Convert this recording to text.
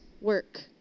work